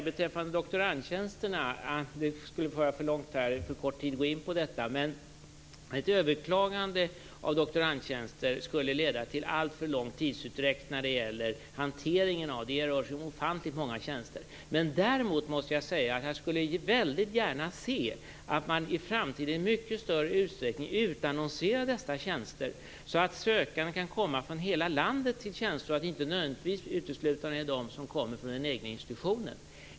Beträffande doktorandtjänsterna vill jag säga att ett överklagande av doktorandtjänster skulle leda till alltför lång tidsutdräkt när det gäller hanteringen av dem. Det rör sig om ofantligt många tjänster. Men däremot skulle jag väldigt gärna se att man i framtiden i mycket större utsträckning utannonserade dessa tjänster så att man kunde få sökande från hela landet. Det behöver inte nödvändigtvis vara uteslutande de som kommer från den egna institutionen.